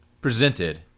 presented